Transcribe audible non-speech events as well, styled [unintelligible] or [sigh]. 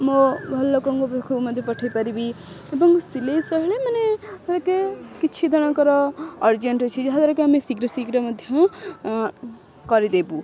ମୋ ଘର ଲୋକଙ୍କ ପାଖକୁ ମଧ୍ୟ ପଠେଇ ପାରିବି ଏବଂ ସିଲେଇ [unintelligible] ମାନେ କିଛି ଜଣଙ୍କର ଅର୍ଜେଣ୍ଟ ଅଛି ଯାହାଦ୍ୱାରା କି ଆମେ ଶୀଘ୍ର ଶୀଘ୍ର ମଧ୍ୟ କରିଦେବୁ